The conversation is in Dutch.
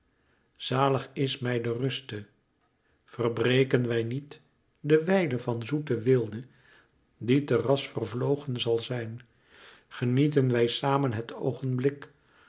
zalig is mij de ruste verbreken wij niet de wijle van zoete weelde die te ras vervlogen zal zijn genieten wij samen het oogenblik